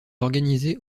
organisé